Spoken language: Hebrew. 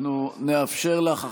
אנחנו נאפשר לך.